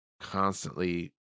constantly